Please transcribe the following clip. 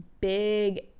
big